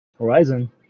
Horizon